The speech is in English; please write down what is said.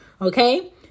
Okay